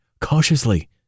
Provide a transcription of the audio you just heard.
cautiously